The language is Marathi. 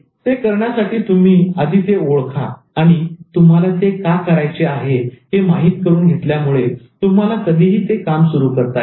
ते करण्यासाठी तुम्ही आधी ते ओळखाशोधा आणि तुम्हाला ते का करायचे आहे हे माहित करून घेतल्यामुळे तुम्हाला कधीही ते काम सुरु करता येईल